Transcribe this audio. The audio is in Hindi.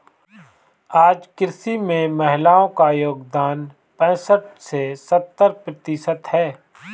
आज कृषि में महिलाओ का योगदान पैसठ से सत्तर प्रतिशत है